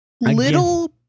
Little